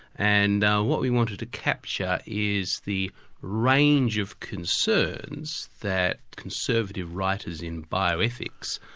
and what we wanted to capture is the range of concerns that conservative writers in bioethics,